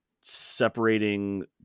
separating